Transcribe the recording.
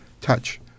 Touch